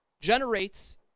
generates